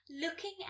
looking